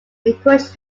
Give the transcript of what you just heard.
encouraged